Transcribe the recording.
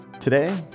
Today